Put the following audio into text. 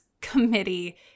committee